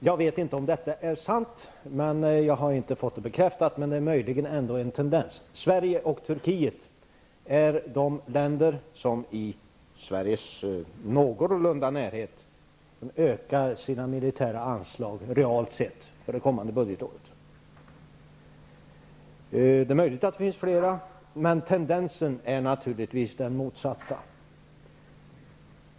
Jag vet inte om det är sant -- jag har inte fått det bekräftat, men det är möjligen en tendens -- att förutom Sverige är och Turkiet det enda land som ligger någorlunda nära Sverige som ökar sina militära anslag för det kommande budgetåret realt sett. Det är möjligt att det finns flera, men tendensen är naturligtvis den motsatta.